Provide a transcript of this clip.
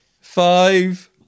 Five